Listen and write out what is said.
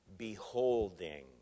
beholding